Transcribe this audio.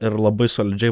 ir labai solidžiai